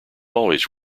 always